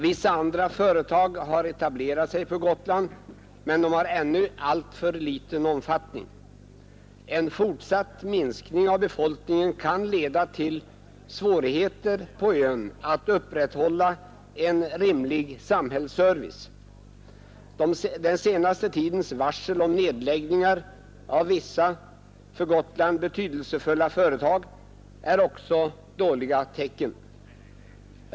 Vissa andra företag har etablerat sig på Gotland, men de har ännu alltför liten omfattning. En fortsatt minskning av befolkningen kan leda till svårigheter att upprätthålla en rimlig samhällsservice på ön. Den senaste tidens varsel om nedläggningar av vissa för Gotland betydelsefulla företag är också dåliga tecken.